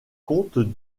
comte